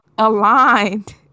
Aligned